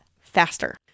faster